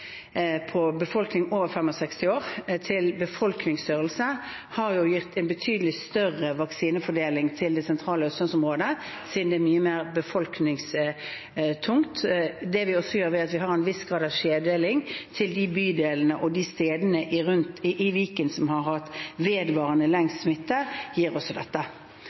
over 65 år til befolkningsstørrelse, har jo gitt en betydelig større vaksinefordeling til det sentrale Østlands-området siden det er mye mer befolkningstungt. Det vi også gjør, er at vi har en viss grad av skjevdeling til de bydelene og stedene i Viken som har hatt vedvarende